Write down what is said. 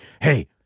hey